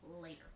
later